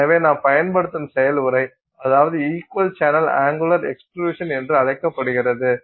எனவே நாம் பயன்படுத்தும் செயல்முறை அதாவது இக்வல் சேனல் அங்குலர் எக்ஸ்ட்ருஷன் என்று அழைக்கப்படுகிறது